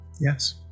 yes